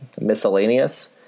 miscellaneous